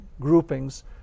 groupings